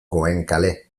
goenkale